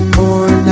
more